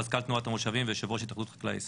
מזכ"ל תנועת המושבים ויושב-ראש התאחדות חקלאי ישראל.